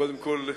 קודם כול,